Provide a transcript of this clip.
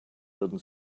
würden